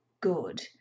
good